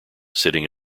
sitting